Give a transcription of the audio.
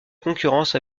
concurrence